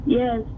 yes